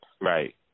Right